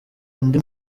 undi